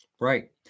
right